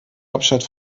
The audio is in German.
hauptstadt